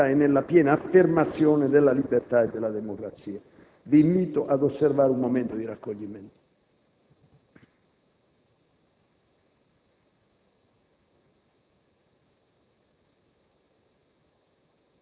culturale ed etnica e nella piena affermazione della libertà e della democrazia. Vi invito ad osservare un momento di raccoglimento.